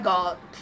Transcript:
God